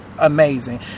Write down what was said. amazing